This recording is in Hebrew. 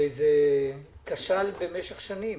הרי זה כשל במשך שנים.